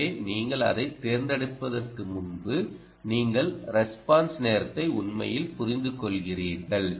எனவே நீங்கள் அதைத் தேர்ந்தெடுப்பதற்கு முன்பு நீங்கள் ரெஸ்பான்ஸ் நேரத்தை உண்மையில் புரிந்துகொள்கிறீர்கள்